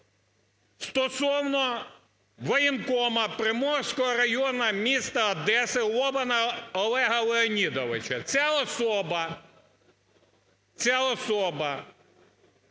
стосовно воєнкому Приморського району міста Одеси Лобана Олега Леонідовича. Ця особа